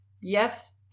yes